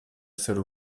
essere